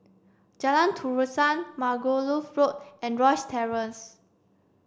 Jalan Terusan Margoliouth Road and Rosyth Terrace